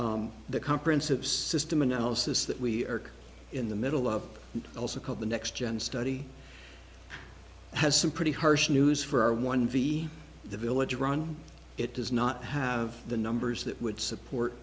the comprehensive system analysis that we are in the middle of also called the next gen study has some pretty harsh news for our one v the village run it does not have the the numbers i would support